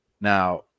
Now